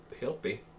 Healthy